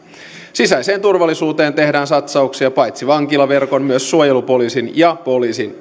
sisäiseen turvallisuuteen tehdään satsauksia paitsi vankilaverkon myös suojelupoliisin ja poliisin